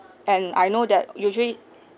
and I know that usually